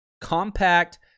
Compact